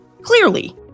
clearly